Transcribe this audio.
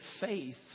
faith